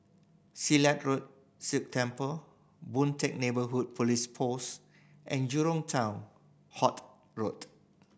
Silat Road Sikh Temple Boon Teck Neighbourhood Police Post and Jurong Town Hall Road